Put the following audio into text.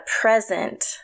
present